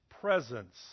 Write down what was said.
presence